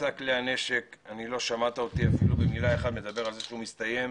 מבצע כלי הנשק לא שמעת אותי אפילו במילה אחת מדבר על זה שהוא מסתיים.